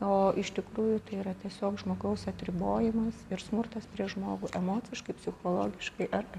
o iš tikrųjų tai yra tiesiog žmogaus atribojimas ir smurtas prieš žmogų emociškai psichologiškai ar